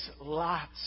lots